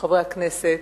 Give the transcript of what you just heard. חברי הכנסת,